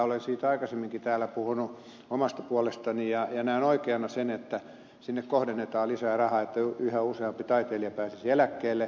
olen siitä aikaisemminkin täällä puhunut omasta puolestani ja näen oikeana sen että sinne kohdennetaan lisää rahaa että yhä useampi taiteilija pääsisi eläkkeelle